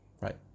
Right